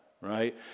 right